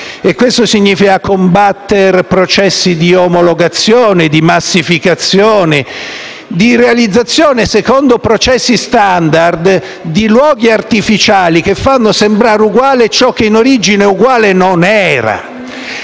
E ciò significa combattere processi di omologazione, massificazione e realizzazione secondo processi *standard* di luoghi artificiali che fanno sembrare uguale ciò che in origine non lo era.